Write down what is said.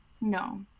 No